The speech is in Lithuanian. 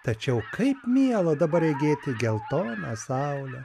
tačiau kaip miela dabar regėti geltoną saulę